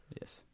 Yes